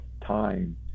time